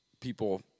people